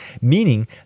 meaning